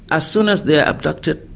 as soon as they're abducted,